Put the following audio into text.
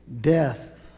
death